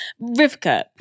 Rivka